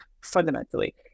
fundamentally